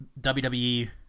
WWE